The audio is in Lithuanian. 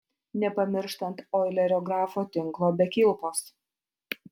nepamirštant oilerio grafo tinklo be kilpos